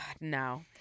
No